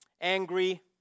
angry